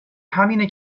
همینه